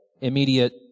immediate